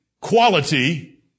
quality